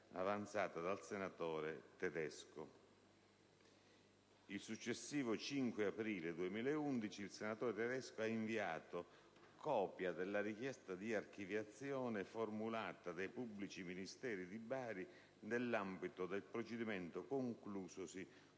Il successivo 5 aprile 2011 il senatore Tedesco ha inviato copia della richiesta di archiviazione formulata dai pubblici ministeri di Bari nell'ambito del procedimento conclusosi con decreto